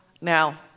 now